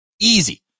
easy